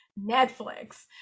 Netflix